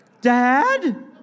Dad